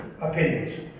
opinions